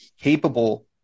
capable